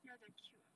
ya they are cute [what]